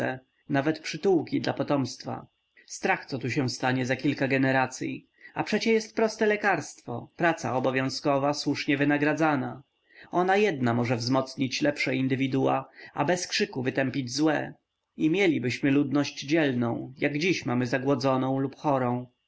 łożnice nawet przytułki dla potomstwa strach co się tu stanie za kilka generacyj a przecie jest proste lekarstwo praca obowiązkowa słusznie wynagradzana ona jedna może wzmocnić lepsze indywidua a bez krzyku wytępić złe i mielibyśmy ludność dzielną jak dziś mamy zagłodzoną lub chorą